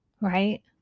right